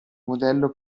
modello